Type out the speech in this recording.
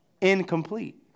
Incomplete